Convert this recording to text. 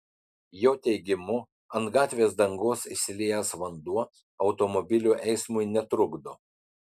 jo teigimu ant gatvės dangos išsiliejęs vanduo automobilių eismui netrukdo